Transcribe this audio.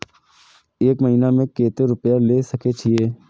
एक महीना में केते रूपया ले सके छिए?